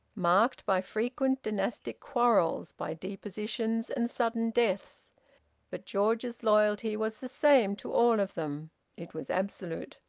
marked by frequent dynastic quarrels, by depositions and sudden deaths but george's loyalty was the same to all of them it was absolute.